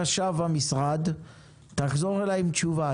לך לחשב המשרד ותחזור אליי עם תשובה,